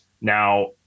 now